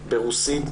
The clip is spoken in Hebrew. ברוסית,